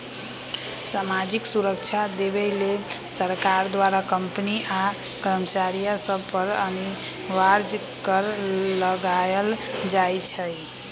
सामाजिक सुरक्षा देबऐ लेल सरकार द्वारा कंपनी आ कर्मचारिय सभ पर अनिवार्ज कर लगायल जाइ छइ